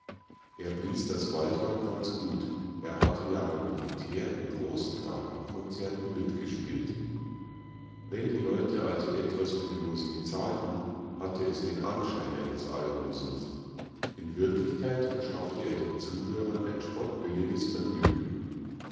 er blies das waldhorn ganz gut er hatte ja beim militär in großen gartenkonzerten mitgespielt wenn die leute also etwas für die musik zahlten hatte es den anschein eines almosens in wirklichkeit verschaffte er den zuhörern ein spottbilliges vergnügen